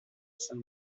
son